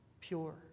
pure